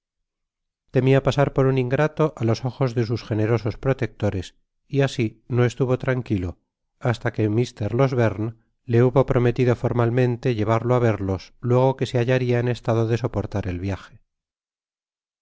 temia pasar por un ingrato á los ojos de sus generosos protectores y asi no estuvo tranquilo hasta que mr losberne le hubo prometido formalmente llevarlo á verlos luego que se hallaría en estado de soportar el viaje